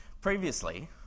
Previously